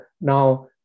now